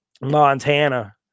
Montana